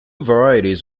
varieties